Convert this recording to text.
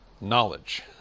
knowledge